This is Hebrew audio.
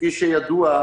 כפי שידוע,